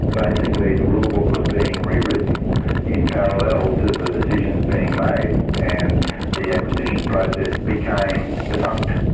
basically the rule book was being rewritten in parallel to the decisions being made, and the acquisition process became defunct.